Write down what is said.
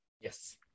yes